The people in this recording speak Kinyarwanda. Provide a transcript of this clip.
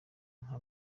nka